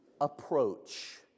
Approach